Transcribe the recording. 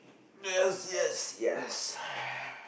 yes yes yes